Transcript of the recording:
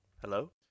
Hello